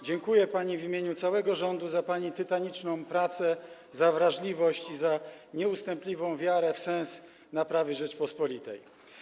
Dziękuję pani w imieniu całego rządu za pani tytaniczną pracę, za wrażliwość i za nieustępliwą wiarę w sens naprawy Rzeczypospolitej.